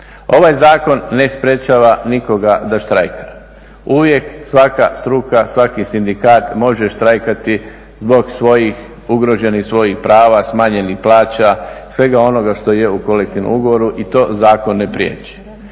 Ovaj zakon ne sprečava nikoga da štrajka, uvijek svaka struka, svaki sindikat može štrajkati zbog svojih ugroženih prava, smanjenih plaća, svega onoga što je u kolektivnom ugovoru i to zakon ne priječi.